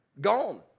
Gone